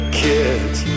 kids